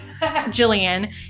Jillian